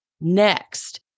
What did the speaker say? Next